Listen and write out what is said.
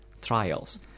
trials